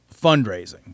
fundraising